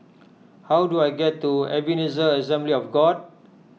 how do I get to Ebenezer Assembly of God